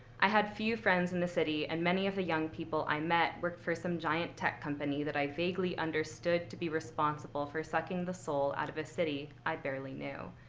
i had few friends in the city, and many of the young people i met worked for some giant tech company that i vaguely understood to be responsible for sucking the soul out of a city i barely knew.